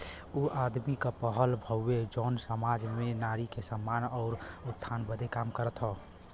ऊ आदमी क पहल हउवे जौन सामाज में नारी के सम्मान आउर उत्थान बदे काम करत हौ